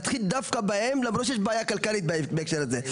להתחיל דווקא בהם יש בעיה כלכלית בהקשר הזה.